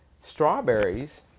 strawberries